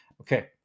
Okay